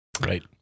Right